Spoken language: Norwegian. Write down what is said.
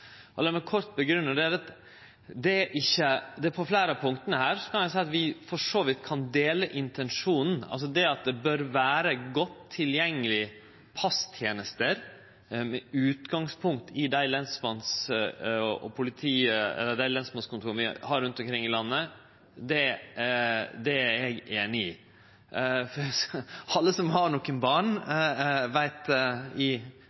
meg kort grunngje det: På fleire av punkta her kan eg seie at vi for så vidt kan dele intensjonen, altså at det bør vere godt tilgjengelege fasttenester med utgangspunkt i dei lensmannskontora vi har rundt omkring i landet. Det er eg einig i. Alle som har barn,